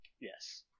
Yes